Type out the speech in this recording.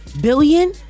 Billion